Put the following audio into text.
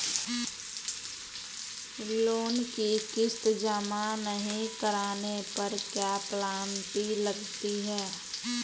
Loan की किश्त जमा नहीं कराने पर क्या पेनल्टी लगती है?